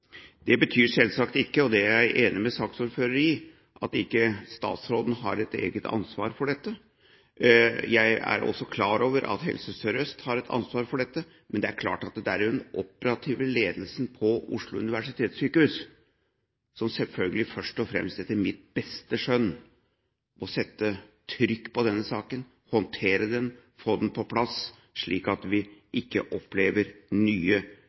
det ansvaret på en konkret måte. Det betyr selvsagt ikke – og det er jeg enig med saksordføreren i – at ikke statsråden har et eget ansvar for dette. Jeg er også klar over at Helse Sør-Øst har et ansvar for dette. Men det er den operative ledelsen ved Oslo universitetssykehus som selvfølgelig først og fremst – etter mitt beste skjønn – må sette trykk på denne saken, håndtere den og få den på plass, slik at vi ikke opplever nye